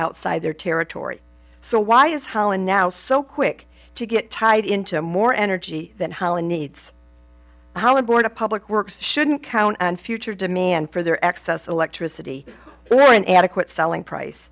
outside their territory so why is how and now so quick to get tied into more energy than helen needs how aboard a public works shouldn't count and future demand for their excess electricity well an adequate selling price